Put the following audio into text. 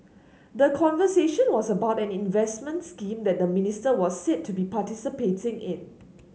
the conversation was about an investment scheme that the minister was said to be participating in